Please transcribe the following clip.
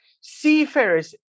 seafarers